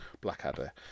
Blackadder